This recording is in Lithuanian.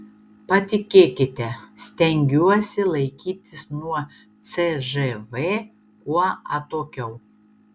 patikėkite stengiuosi laikytis nuo cžv kuo atokiau